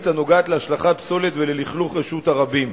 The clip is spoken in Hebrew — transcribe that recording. הנוגעת להשלכת פסולת וללכלוך רשות הרבים.